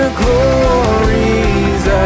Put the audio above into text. glories